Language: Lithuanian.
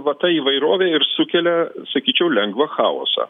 va ta įvairovė ir sukelia sakyčiau lengvą chaosą